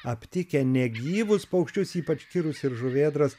aptikę negyvus paukščius ypač kirus ir žuvėdras